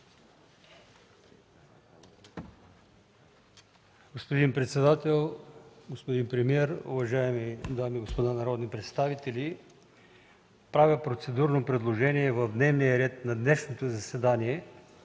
Господин председател, господин премиер, уважаеми дами и господа народни представители! Правя процедурно предложение в дневния ред на днешното заседание